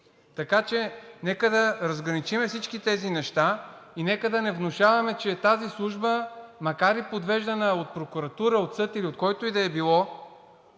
Нека да разграничим всички тези неща и нека да не внушаваме, че тази служба, макар и подвеждана от прокуратура, от съд или от който и да е било